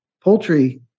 poultry